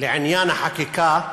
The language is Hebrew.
לעניין החקיקה,